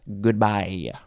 Goodbye